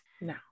No